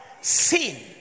Sin